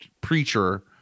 preacher